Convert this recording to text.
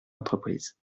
entreprises